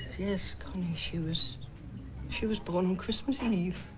yes connie. she was she was born on christmas eve.